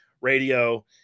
radio